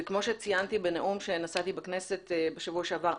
כמו שציינתי בנאום שנשאתי בכנסת בשבוע שעבר,